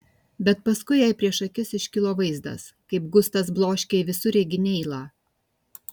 bet paskui jai prieš akis iškilo vaizdas kaip gustas bloškia į visureigį neilą